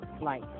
flight